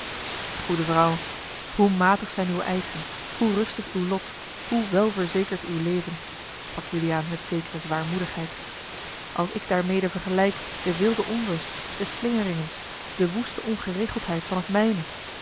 goede vrouw hoe matig zijn uwe eischen hoe rustig uw lot hoe welverzekerd uw leven sprak juliaan met zekere zwaarmoedigheid als ik daarmede vergelijk de wilde onrust de slingeringen de woeste ongeregeldheid van het mijne